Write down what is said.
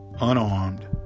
unarmed